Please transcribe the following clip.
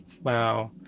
Wow